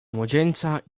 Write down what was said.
młodzieńca